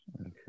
Okay